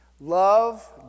Love